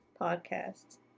podcasts